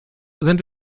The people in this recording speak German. sind